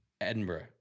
Edinburgh